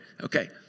Okay